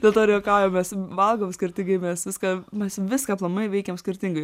dėl to ir juokaujam mes valgom skirtingai mes viską mes viską aplamai veikiam skirtingai